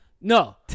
No